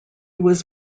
was